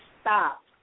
stop